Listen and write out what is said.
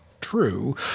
true